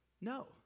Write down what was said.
No